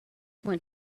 went